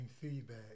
feedback